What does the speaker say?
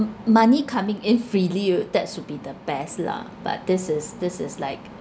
m~ money coming in freely ah that should be the best lah but this is this is like